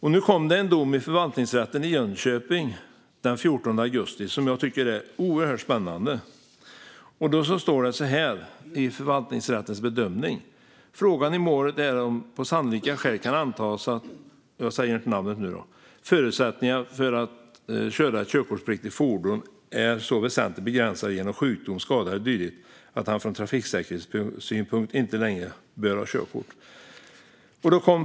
Det kom en dom i Förvaltningsrätten i Jönköping den 14 augusti som jag tycker är oerhört spännande. Det står så här i förvaltningsrättens bedömning: Frågan i målet är om det på sannolika skäl kan antas att - jag säger inte namnet nu - förutsättningar för att köra ett körkortspliktigt fordon är så väsentligt begränsade genom sjukdom, skada eller dylikt att han från trafiksäkerhetssynpunkt inte längre bör ha körkort.